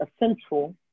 essential